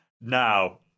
Now